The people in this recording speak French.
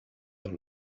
dans